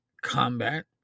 combat